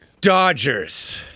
Dodgers